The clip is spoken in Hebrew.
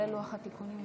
כולל לוח התיקונים,